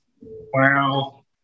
Wow